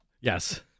Yes